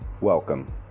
welcome